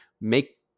make